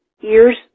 years